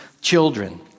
children